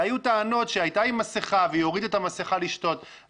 היו טענות שהיא הייתה עם מסכה והיא הורידה את המסכה לשתות,